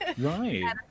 right